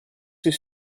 suoi